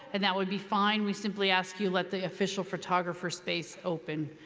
and that would be fine. we simply ask you let the official photographer space open.